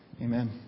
Amen